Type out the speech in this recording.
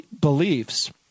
beliefs